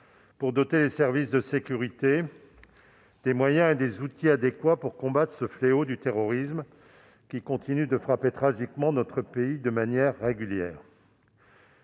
pour doter les services de sécurité des moyens et des outils adéquats pour combattre ce fléau qui continue de frapper tragiquement notre pays de manière régulière.